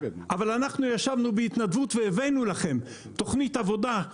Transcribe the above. אבל אנחנו ישבנו בהתנדבות והבאנו לכם תוכנית עבודה,